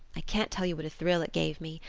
i can't tell you what a thrill it gave me.